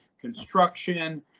construction